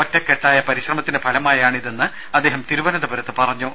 ഒറ്റക്കെട്ടായ പരിശ്രമത്തിന്റെ ഫലമായാണ് ഇതെന്ന് അദ്ദേഹം തിരുവനന്തപുരത്ത് പറഞ്ഞു